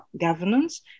governance